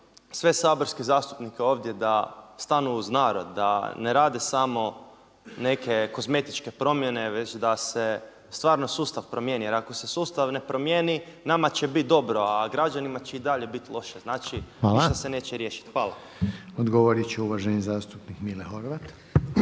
sve saborske zastupnike ovdje da stanu uz narod, da ne rade samo neke kozmetičke promjene već da se stvarno sustav promjeni. Jer ako se sustav ne promjeni nama će biti dobro, a građanima će i dalje biti loše. Znači, ništa se neće riješiti. Hvala. **Reiner, Željko (HDZ)** Hvala.